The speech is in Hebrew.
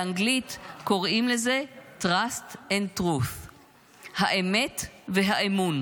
באנגלית קוראים לזה trust and truth האמת והאמון.